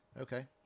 Okay